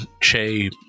Che